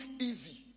easy